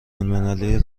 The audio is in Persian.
المللی